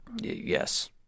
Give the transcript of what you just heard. Yes